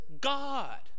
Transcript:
God